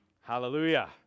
Hallelujah